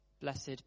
blessed